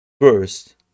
first